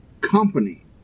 company